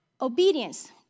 obedience